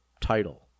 title